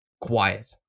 quiet